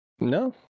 no